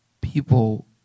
people